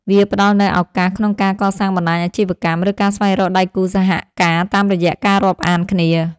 វាផ្ដល់នូវឱកាសក្នុងការកសាងបណ្ដាញអាជីវកម្ម ឬការស្វែងរកដៃគូសហការតាមរយៈការរាប់អានគ្នា។